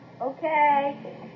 Okay